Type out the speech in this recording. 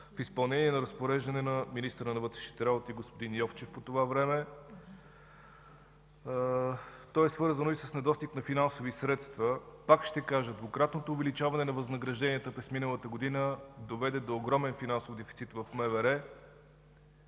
в изпълнение на разпореждане на министъра на вътрешните работи – господин Йовчев по това време. То е свързано и с недостига на финансови средства. Пак ще кажа, двукратното увеличаване на възнагражденията през миналата година доведе до огромен финансов дефицит в МВР.